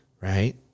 Right